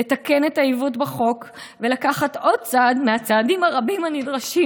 לתקן את העיוות בחוק ולקחת עוד צעד מהצעדים הרבים הנדרשים